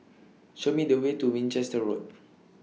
Show Me The Way to Winchester Road